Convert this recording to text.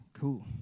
cool